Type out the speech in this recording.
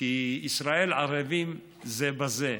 כי ישראל ערבים זה לזה,